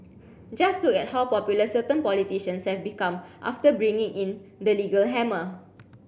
just look at how popular certain politicians have become after bringing in the legal hammer